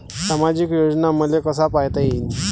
सामाजिक योजना मले कसा पायता येईन?